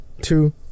two